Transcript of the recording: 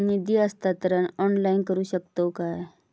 निधी हस्तांतरण ऑनलाइन करू शकतव काय?